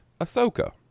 Ahsoka